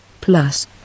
Plus